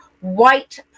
white